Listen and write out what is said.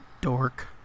Dork